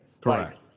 Correct